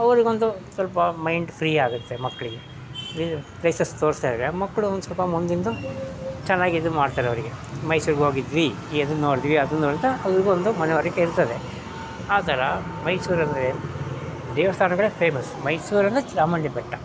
ಅವರಿಗೊಂದು ಸ್ವಲ್ಪ mind free ಆಗುತ್ತೆ ಮಕ್ಕಳಿಗೆ ಇದು ಪ್ಲೇಸಸ್ ತೋರಿಸ್ದಾಗ ಮಕ್ಕಳು ಒಂದು ಸ್ವಲ್ಪ ಮುಂದಿಂದು ಚೆನ್ನಾಗಿ ಇದು ಮಾಡ್ತಾರೆ ಅವರಿಗೆ ಮೈಸೂರಿಗೆ ಹೋಗಿದ್ವಿ ಇದನ್ನ ನೋಡಿದ್ವಿ ಅದನ್ನ ನೋಡಿದ್ವಿ ಅಂತ ಅವ್ರಿಗೂ ಒಂದು ಮನವರಿಕೆ ಇರ್ತದೆ ಆ ಥರ ಮೈಸೂರು ಅಂದರೆ ದೇವಸ್ಥಾನಗಳೇ ಅಂದರೆ ಫೇಮಸ್ ಮೈಸೂರು ಅಂದರೆ ಚಾಮುಂಡಿ ಬೆಟ್ಟ